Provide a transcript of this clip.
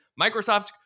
Microsoft